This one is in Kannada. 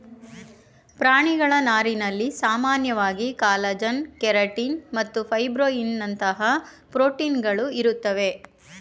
ಪ್ರಾಣಿಗಳ ನಾರಿನಲ್ಲಿ ಸಾಮಾನ್ಯವಾಗಿ ಕಾಲಜನ್ ಕೆರಟಿನ್ ಮತ್ತು ಫೈಬ್ರೋಯಿನ್ನಂತಹ ಪ್ರೋಟೀನ್ಗಳು ಇರ್ತವೆ